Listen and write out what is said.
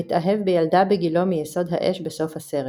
מתאהב בילדה בגילו מיסוד האש בסוף הסרט.